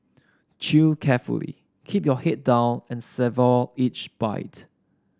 Chew carefully keep your head down and savour each bite